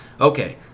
Okay